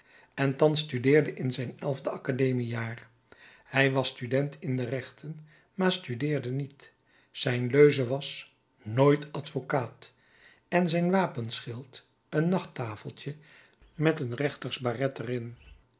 en thans studeerde in zijn elfde academiejaar hij was student in de rechten maar studeerde niet zijn leuze was nooit advocaat en zijn wapenschild een nachttafeltje met een rechtersbaret er